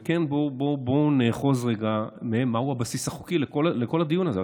וכן, נאחז רגע מהו הבסיס החוקי לכל הדיון הזה.